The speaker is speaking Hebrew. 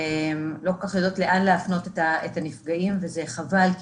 לא כל כך יודעות להפנות את הנפגעים וזה חבל,